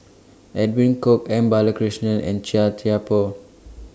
Edwin Koek M Balakrishnan and Chia Thye Poh